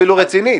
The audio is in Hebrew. אפילו רצינית.